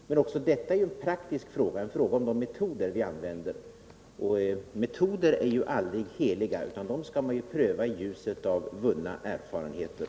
Men också detta är en praktisk fråga, en fråga om de metoder vi använder. Och metoder är ju aldrig heliga, utan dem skall man pröva i ljuset av vunna erfarenheter.